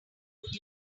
would